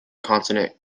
continent